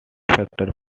factor